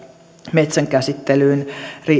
metsänkäsittelyyn